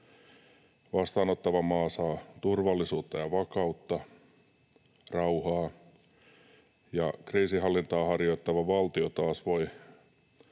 Vastaanottava maa saa turvallisuutta ja vakautta, rauhaa, ja kriisinhallintaa harjoittava valtio taas voi